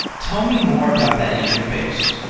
tell me more about that interface.